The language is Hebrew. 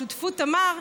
בשותפות תמר,